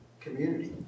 community